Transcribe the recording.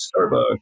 Starbucks